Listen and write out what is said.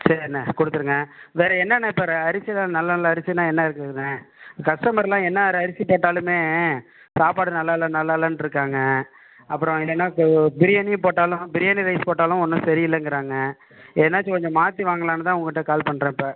சரிண்ண கொடுத்துடுங்க வேறு என்னென்ன இப்போ ர அரிசிலாம் நல்ல நல்ல அரிசி என்ன இருக்குதுண்ணே கஸ்டமர்லாம் என்ன ரைஸ் கேட்டாலுமே சாப்பாடு நல்லால்ல நல்லால்லன்னு இருக்காங்க அப்புறம் இல்லைனா இப்போ பிரியாணியே போட்டாலும் பிரியாணி ரைஸ் போட்டாலும் ஒன்று சரியில்லேங்குறாங்க எதுனாச்சும் கொஞ்சம் மாற்றி வாங்கலான்னுதான் உங்கள்ட்ட கால் பண்ணுறேன் இப்போ